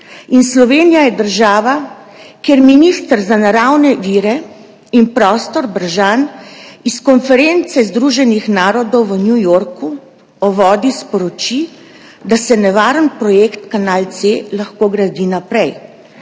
Slovenija je država, kjer minister za naravne vire in prostor, Brežan, s konference Združenih narodov v New Yorku o vodi sporoči, da se nevaren projekt kanal C0 lahko gradi naprej,